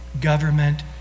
government